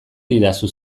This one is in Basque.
didazu